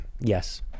Yes